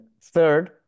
third